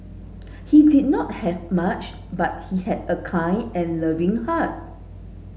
he did not have much but he had a kind and loving heart